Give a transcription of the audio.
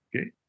Okay